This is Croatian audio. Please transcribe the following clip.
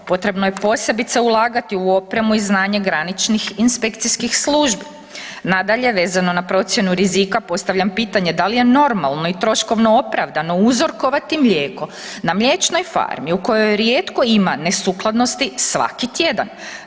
Potrebno je, posebice ulagati u opremu i znanje graničnih inspekcijskih službi., nadalje, vezano na procjenu rizika, postavljam pitanje da li je normalno i troškovno opravdano uzorkovati mlijeko na mliječnoj farmi u kojoj je rijetko ima nesukladnosti svaki tjedan.